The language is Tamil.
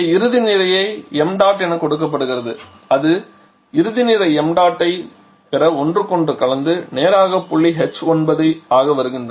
இங்கே இறுதி நிறையை ṁ என கொடுக்கப்படுகிறது அந்த இறுதி நிறை m dot ஐ பெற ஒன்றுக்கொன்று கலந்து நேராக புள்ளி h9 ஆக வருகின்றன